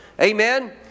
Amen